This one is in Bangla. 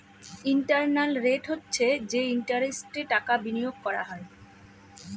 ইন্টারনাল রেট হচ্ছে যে ইন্টারেস্টে টাকা বিনিয়োগ করা হয়